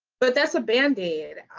but that's a band aid,